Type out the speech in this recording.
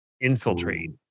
infiltrate